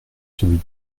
celui